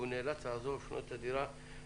והוא נאלץ לעזוב ולפנות את הדירה.